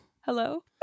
Hello